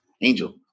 Angel